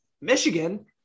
Michigan